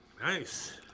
Nice